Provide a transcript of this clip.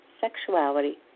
sexuality